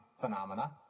phenomena